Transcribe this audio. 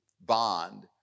bond